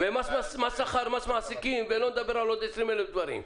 מס מהשכר, מס מעסיקים ולא נדבר על 20,000 דברים.